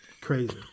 crazy